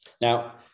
Now